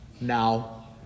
now